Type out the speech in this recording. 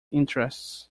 interests